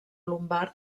lumbar